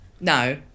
No